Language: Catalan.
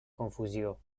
confusió